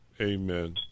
Amen